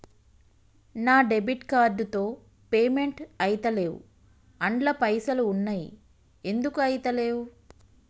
నా debit card తో payment ఐతలేవ్ అండ్ల పైసల్ ఉన్నయి ఎందుకు ఐతలేవ్?